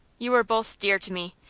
you are both dear to me,